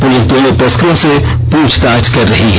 police दोनों तस्करों से प्रछताछ कर रही है